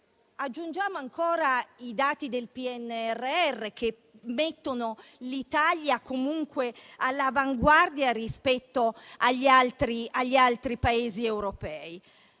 Aggiungiamo ancora i dati del PNRR, che mettono l'Italia all'avanguardia rispetto agli altri Paesi europei.